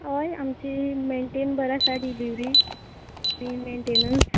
हय आमची मेनटेन बरें आसा डिलिवरी मेनटेनस